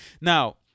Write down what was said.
Now